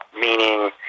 meaning